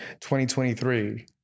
2023